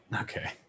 Okay